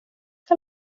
ska